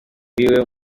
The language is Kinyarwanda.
wiwe